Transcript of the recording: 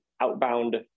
outbound